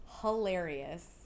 hilarious